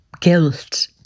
guilt